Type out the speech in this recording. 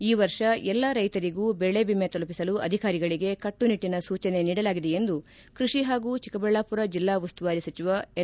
ಈ ವರ್ಷ ಎಲ್ಲಾ ರೈತರಿಗೂ ಬೆಳೆ ವಿಮೆ ತಲುಪಿಸಲು ಅಧಿಕಾರಿಗಳಿಗೆ ಕಟ್ಟುನಿಟ್ಟನ ಸೂಚನೆ ನೀಡಲಾಗಿದೆ ಎಂದು ಕೃಷಿ ಹಾಗೂ ಚಿಕ್ಕಬಳ್ಳಾಪುರ ಜಿಲ್ಲಾ ಉಸ್ತುವಾರಿ ಸಚಿವ ಎನ್